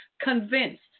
convinced